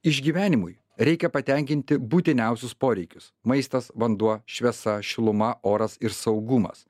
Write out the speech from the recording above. išgyvenimui reikia patenkinti būtiniausius poreikius maistas vanduo šviesa šiluma oras ir saugumas